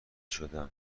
شدن